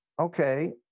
okay